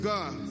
God